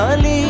Ali